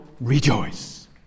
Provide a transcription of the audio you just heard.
rejoice